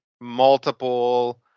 multiple